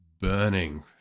burning